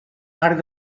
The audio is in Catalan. arc